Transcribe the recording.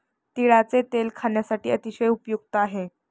तिळाचे तेल खाण्यासाठी अतिशय उपयुक्त आहे